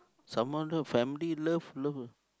someone love family love love